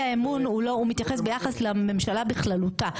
האמון הוא מתייחס ביחס לממשלה בכללותה,